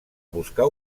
buscar